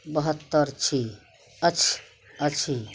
बहत्तरि छी अछि अछि